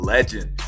Legend